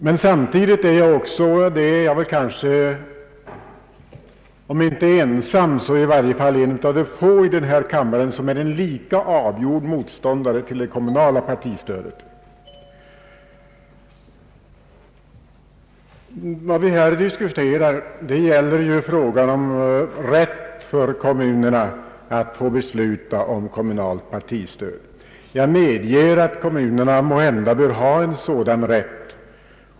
Men samtidigt är jag kanske, om inte ensam så 1 varje fall en av de få i denna kammare som är lika avgjord motståndare till kommunalt partistöd. Vi diskuterar nu frågan om rätt för kommunerna att få besluta om kommunalt partistöd. Jag medger att kommunerna måhända bör ha en sådan rätt.